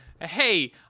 hey